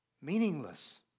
meaningless